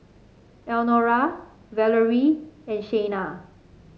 Elnora Valorie and Shayna